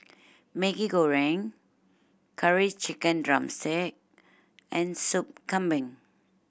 Maggi Goreng Curry Chicken drumstick and Sup Kambing